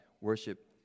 worship